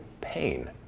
pain